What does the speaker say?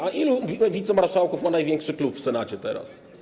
A ilu wicemarszałków ma największy klub w Senacie teraz?